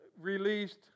released